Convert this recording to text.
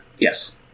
Yes